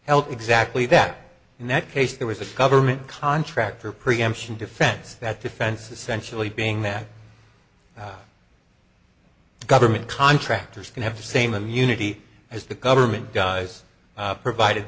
help exactly that in that case there was a government contractor preemption defense that defense essentially being that the government contractors can have the same immunity as the government guys provided